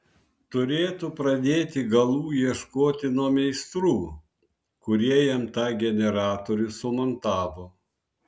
turėtų pradėti galų ieškoti nuo meistrų kurie jam tą generatorių sumontavo